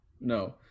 no